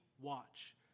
watch